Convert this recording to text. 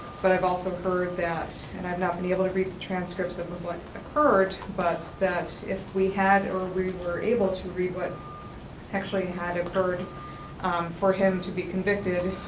but i've also heard that, and i've not been able to read the transcripts of of what occurred, but that if we had or we were able to read what actually had occurred for him to be convicted,